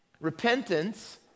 Repentance